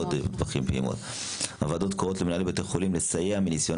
נעמה לזימי (יו"ר הוועדה המיוחדת לענייני